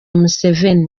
museveni